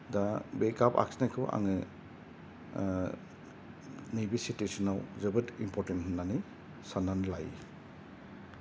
दा बे गाब आखिनायखौ आङो नैबे सितुवेसनाव जोबोद इम्परतेन्त होन्नानै सान्नानै लायो